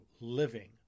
living